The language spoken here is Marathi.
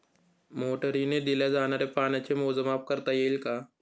मोटरीने दिल्या जाणाऱ्या पाण्याचे मोजमाप करता येईल का?